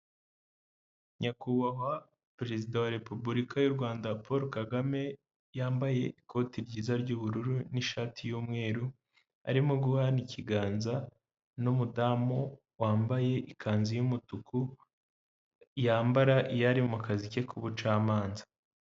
Nyakubahwa perezida wa Repubulika y'u Rwanda Paul Kagame yambaye ikote ryiza ry'ubururu n'ishati y'umweru arimo guhana ikiganza n'umudamu wambaye ikanzu y'umutuku, yambara iyo ari mu kazi ke k'ubucamanza.